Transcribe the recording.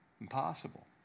Impossible